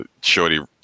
Shorty